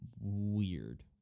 weird